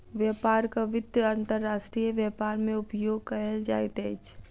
व्यापारक वित्त अंतर्राष्ट्रीय व्यापार मे उपयोग कयल जाइत अछि